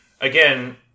again